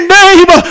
name